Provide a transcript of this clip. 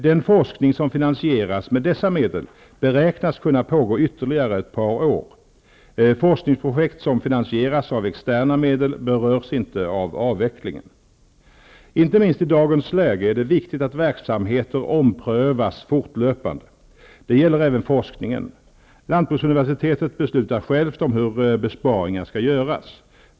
Den forskning som finansieras med dessa medel beräknas kunna pågå ytterligare ett par år. Forskningsprojekt som finansieras av externa medel berörs inte av avvecklingen. Inte minst i dagens läge är det viktigt att verksamheter fortlöpande omprövas. Detta gäller även forskningen. Lantbruksuniversitetet beslutar självt om hur besparingar skall göras.